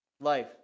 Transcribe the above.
Life